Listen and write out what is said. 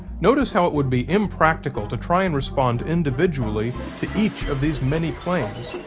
notice how it would be impractical to try and respond individually to each of these many claims.